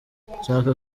nshaka